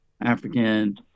African